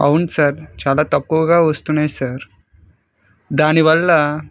అవును సార్ చాలా తక్కువగా వస్తున్నాయి సార్ దాని వల్ల